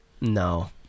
No